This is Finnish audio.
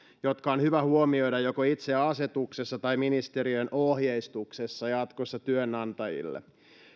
jotka on hyvä huomioida joko itse asetuksessa tai ministeriön ohjeistuksessa jatkossa työnantajille